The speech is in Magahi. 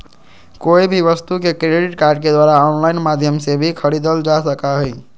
कोई भी वस्तु के क्रेडिट कार्ड के द्वारा आन्लाइन माध्यम से भी खरीदल जा सका हई